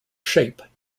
shape